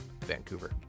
Vancouver